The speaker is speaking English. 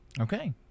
Okay